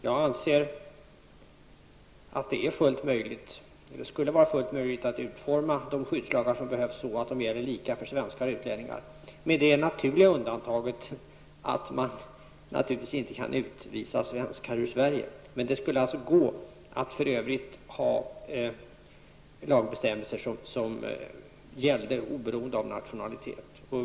Jag anser att det skulle vara fullt möjligt att utforma de skyddslagar som behövs så, att de gäller lika för svenskar och utlänningar, med det naturliga undantaget att man naturligtvis inte kan utvisa svenskar ur Sverige. Men i övrigt skulle det gå att ha lagbestämmelser som gällde oberoende av nationalitet.